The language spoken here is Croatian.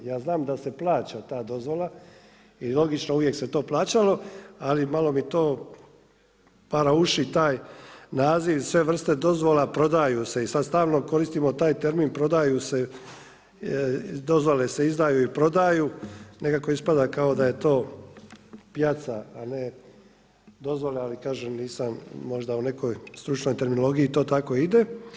Ja znam da se plaća ta dozvola, i logično, uvijek se to plaćalo, ali malo mi je to para uši taj naziv i sve vrste dozvola, prodaju se i sad stalno koristimo taj termin prodaju se dozvole se izdaju i prodaju, nekako ispada kao da je to pijaca, a ne dozvola, ali kažem nisam možda u nekoj stručnoj terminologiji to tako ide.